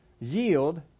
yield